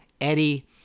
Eddie